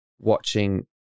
watching